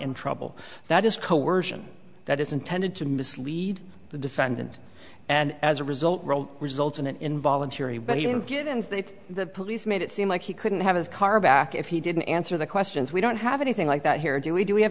in trouble that is coercion that is intended to mislead the defendant and as a result result in an involuntary when he didn't get in the police made it seem like he couldn't have his car back if he didn't answer the questions we don't have anything like that here do we do we have